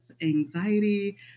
anxiety